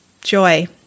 Joy